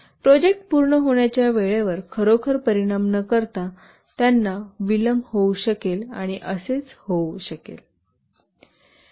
project पूर्ण होण्याच्या वेळेवर खरोखर परिणाम न करता त्यांना विलंब होऊ शकेल आणि असेच होऊ शकेल